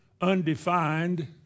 undefined